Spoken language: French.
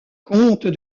comte